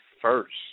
first